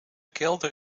kelder